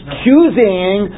choosing